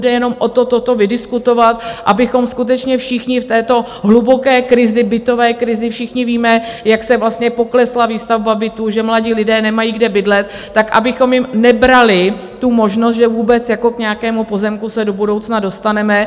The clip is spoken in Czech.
Jde jenom o to, toto vydiskutovat, abychom skutečně všichni v této hluboké krizi, bytové krizi všichni víme, jak poklesla výstavba bytů, že mladí lidé nemají kde bydlet tak abychom jim nebrali možnost, že vůbec k nějakému pozemku se do budoucna dostaneme.